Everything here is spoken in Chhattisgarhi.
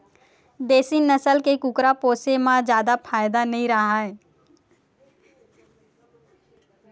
देसी नसल के कुकरा पोसे म जादा फायदा नइ राहय